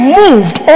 moved